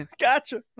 Gotcha